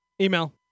Email